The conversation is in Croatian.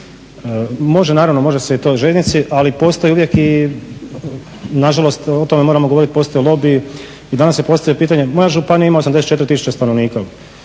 Može naravno, može se i to u željeznici ali postoji uvijek, i nažalost o tome moramo govoriti, postoje lobiji. I danas se postavlja pitanje, moja županija ima 84 tisuće stanovnika,